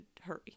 hurry